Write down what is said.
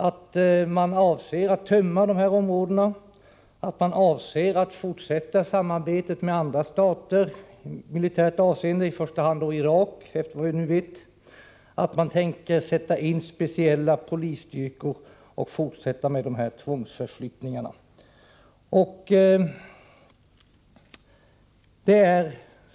att man avser att tömma dessa områden, att man avser att fortsätta samarbetet med andra stater i militärt avseende, såvitt vi nu vet i första hand med Irak, och att man tänker sätta in speciella polisstyrkor och fortsätta med dessa tvångsförflyttningar.